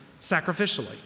sacrificially